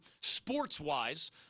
sports-wise